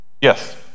Yes